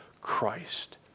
Christ